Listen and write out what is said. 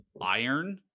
iron